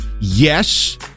yes